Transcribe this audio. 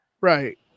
Right